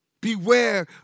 Beware